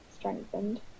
strengthened